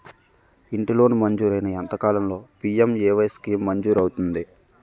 ఇంటి లోన్ మంజూరైన ఎంత కాలంలో పి.ఎం.ఎ.వై స్కీమ్ మంజూరు అవుతుంది?